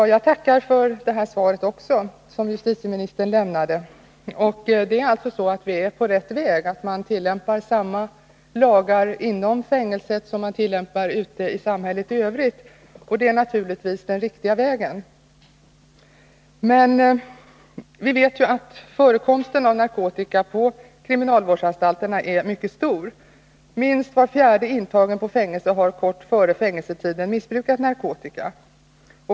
Herr talman! Jag tackar justitieministern också för det här senaste svaret. Vi är alltså på rätt väg. Samma lagar tillämpas inom fängelset som ute i samhället i övrigt, och det är naturligtvis den riktiga vägen. Men vi vet att förekomsten av narkotika på kriminalvårdsanstalterna är mycket vanlig. Nr 37 Minst var fjärde intagen på fängelserna har en kort tid före fängelsevistelsen Torsdagen den missbrukat narkotika.